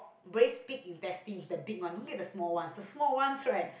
braised pig is tasty the big one don't get the small one the small one right